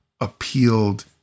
appealed